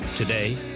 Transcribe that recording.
Today